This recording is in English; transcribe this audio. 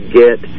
get